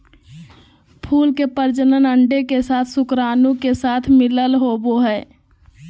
फूल के प्रजनन अंडे के साथ शुक्राणु के साथ मिलला होबो हइ